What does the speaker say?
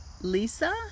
Lisa